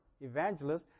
evangelists